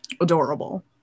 Adorable